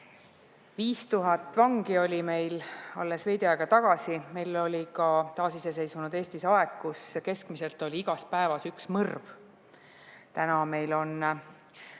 5000 vangi oli meil alles veidi aega tagasi. Meil oli ka taasiseseisvunud Eestis aeg, kus keskmiselt igas päevas oli üks mõrv. Nüüd meil on